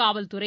காவல்துறை